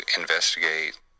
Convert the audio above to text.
investigate